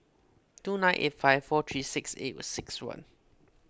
two nine eight five four three six eight six one